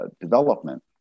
development